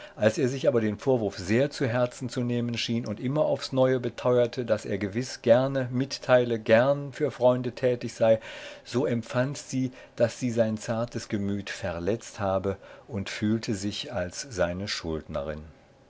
als er sich aber den vorwurf sehr zu herzen zu nehmen schien und immer aufs neue beteuerte daß er gewiß gerne mitteile gern für freunde tätig sei so empfand sie daß sie sein zartes gemüt verletzt habe und fühlte sich als seine schuldnerin